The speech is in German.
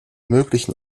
möglichen